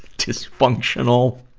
dysfunctional.